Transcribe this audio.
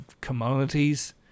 commodities